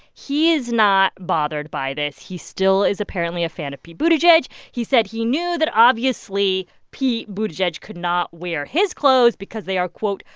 he is not bothered by this. he still is apparently a fan of pete buttigieg. he said he knew that, obviously, pete buttigieg could not wear his clothes because they are, quote,